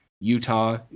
Utah